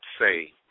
say